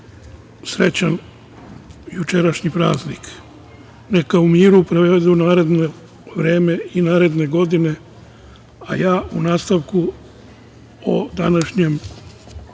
srećan jučerašnji praznik. Neka u miru provedu naredno vreme i naredne godine.U nastavku o današnjem dnevnom